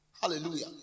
Hallelujah